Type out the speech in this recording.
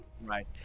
right